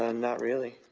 and not really.